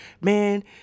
man